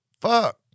Fuck